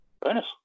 Bonus